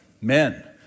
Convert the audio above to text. Men